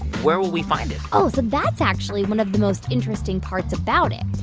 where will we find it? oh, so, that's actually one of the most interesting parts about it.